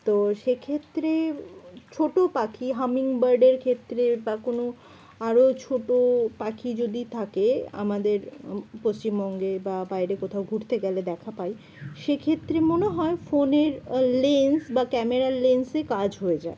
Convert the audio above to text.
তো সে ক্ষেত্রে ছোটো পাখি হামিংবার্ডের ক্ষেত্রে বা কোনো আরও ছোটো পাখি যদি থাকে আমাদের পশ্চিমবঙ্গে বা বাইরে কোথাও ঘুরতে গেলে দেখা পাই সে ক্ষেত্রে মনে হয় ফোনের লেন্স বা ক্যামেরার লেন্সে কাজ হয়ে যায়